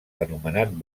anomenat